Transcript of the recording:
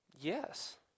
Yes